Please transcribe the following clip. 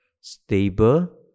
stable